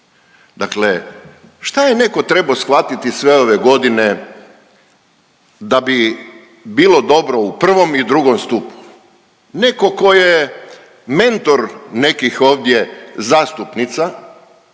Dakle, šta je neko trebo shvatiti sve ove godine da bi bilo dobro u prvom i drugom stupu? Neko ko je mentor nekih ovdje zastupnica